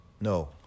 No